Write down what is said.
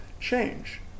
change